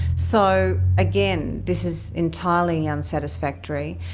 so, again, this is entirely unsatisfactory,